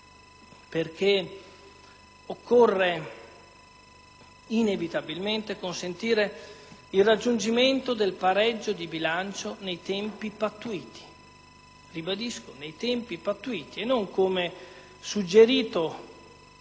perché occorre inevitabilmente consentire il raggiungimento del pareggio di bilancio nei tempi pattuiti - lo ribadisco, nei tempi pattuiti - e non, come suggerito,